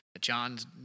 john's